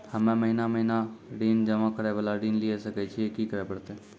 हम्मे महीना महीना ऋण जमा करे वाला ऋण लिये सकय छियै, की करे परतै?